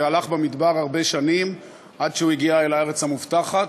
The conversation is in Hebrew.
שהלך במדבר הרבה שנים עד שהוא הגיע אל הארץ המובטחת.